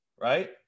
right